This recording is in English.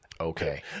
okay